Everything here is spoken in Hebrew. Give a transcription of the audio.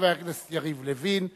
חבר הכנסת יריב לוין,